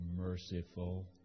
merciful